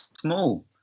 small